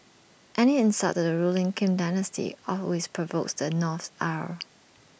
any insult to the ruling Kim dynasty always provokes the North's ire